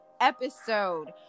episode